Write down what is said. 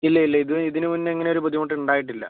ഇല്ല ഇല്ല ഇത് ഇതിന് മുന്നെ അങ്ങനെ ഒരു ബുദ്ധിമുട്ട് ഉണ്ടായിട്ടില്ല